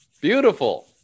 beautiful